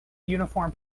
uniform